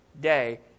day